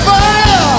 Fire